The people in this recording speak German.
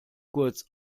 kurz